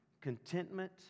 contentment